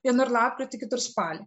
vienur lapkritį kitur spalį